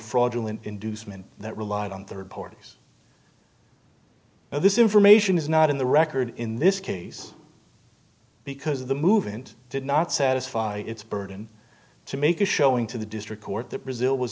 fraudulent inducement that relied on third parties this information is not in the record in this case because the movement did not satisfy its burden to make a showing to the district court that brazil was